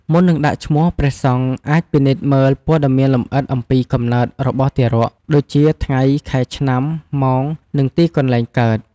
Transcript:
មុននឹងដាក់ឈ្មោះ ព្រះសង្ឃអាចពិនិត្យមើលព័ត៌មានលម្អិតអំពីកំណើតរបស់ទារក ដូចជា ថ្ងៃ ខែ ឆ្នាំ ម៉ោង និងទីកន្លែងកើត។